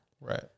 right